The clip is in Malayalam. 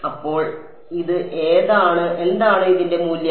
അപ്പോൾ ഇത് എന്താണ് ഇതിന്റെ മൂല്യം